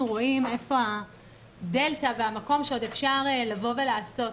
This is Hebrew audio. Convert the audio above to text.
רואים איפה הדלתה והמקום שעוד אפשר לבוא ולעשות.